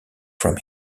from